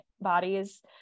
bodies